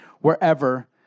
wherever